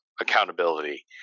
Accountability